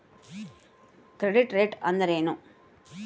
Credit rate ಅಂದರೆ ಏನು?